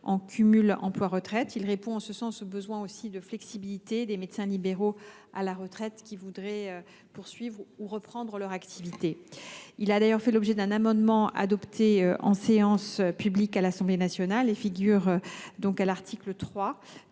en cumul emploi retraite. Il répond aussi, en ce sens, au besoin de flexibilité des médecins libéraux à la retraite qui voudraient poursuivre ou reprendre leur activité. Il a fait l’objet d’un amendement adopté en séance publique à l’Assemblée nationale et devenu l’article 3